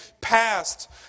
passed